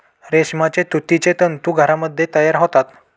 रेशमाचे तुतीचे तंतू घरामध्ये तयार होतात